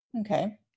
Okay